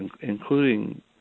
including